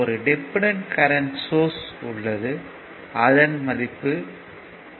ஒரு dependent current source உள்ளது அதன் மதிப்பு 0